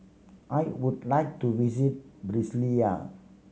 I would like to visit Brasilia